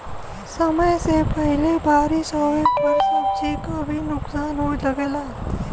समय से पहिले बारिस होवे पर सब्जी क भी नुकसान होये लगला